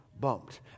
bumped